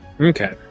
Okay